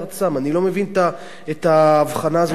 אני לא מבין את ההבחנה הזאת שעושים.